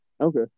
Okay